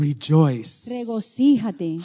Rejoice